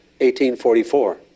1844